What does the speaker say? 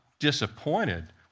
disappointed